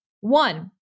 One